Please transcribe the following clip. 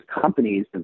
companies